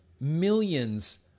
millions